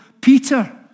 Peter